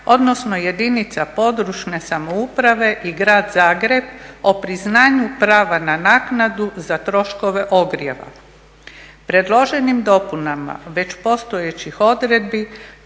odnosno jedinica područne samouprave i grad Zagreb o priznanju prava na naknadu za troškove ogrijeva. Predloženim dopunama već postojećih odredbi